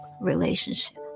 relationship